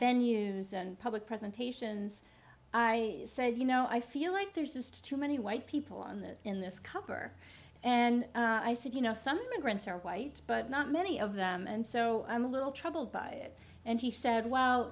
venues and public presentations i said you know i feel like there's just too many white people in this in this cover and i said you know some immigrants are white but not many of them and so i'm a little troubled by it and he said well